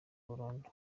burundu